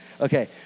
okay